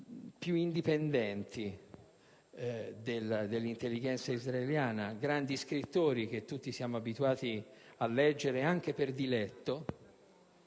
per così dire - dell'intelligencija israeliana, grandi scrittori che tutti siamo abituati a leggere, anche per diletto,